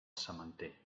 sementer